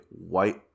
white